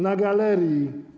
Na galerii.